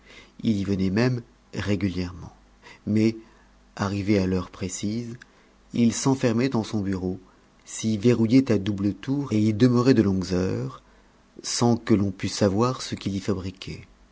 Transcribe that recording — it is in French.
il y venait même régulièrement mais arrivé à l'heure précise il s'enfermait en son bureau s'y verrouillait à double tour et y demeurait de longues heures sans que l'on pût savoir ce qu'il y fabriquait